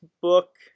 book